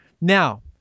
now